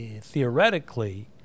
theoretically